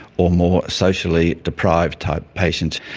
or more socially-deprived type patients.